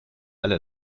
halle